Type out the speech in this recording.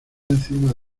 encima